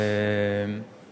תודה רבה.